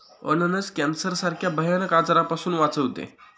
अननस कॅन्सर सारख्या भयानक आजारापासून वाचवते